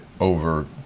over